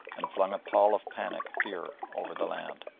and flung a pall of panic fear over the land.